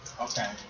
Okay